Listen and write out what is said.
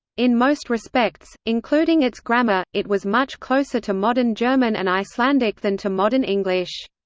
in most respects, including its grammar, it was much closer to modern german and icelandic than to modern english.